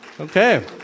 Okay